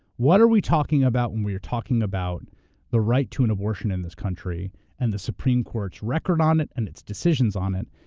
what are we talking about when we're talking about the right to an abortion in this country and the supreme court's record on it and its decisions on it,